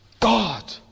God